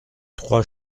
trois